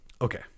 Okay